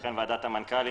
לכן ועדת המנכ"לים,